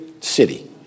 city